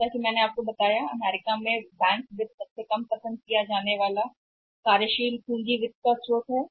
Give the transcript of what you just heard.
जैसा कि मैंने आपको बताया कि अमेरिकी बैंक में वित्त सबसे कम पसंदीदा स्रोत है कार्यशील पूंजी वित्तपोषण